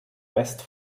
west